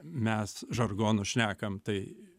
mes žargonu šnekam tai